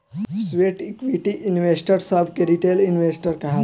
sweat equity investor सभ के retail investor कहाला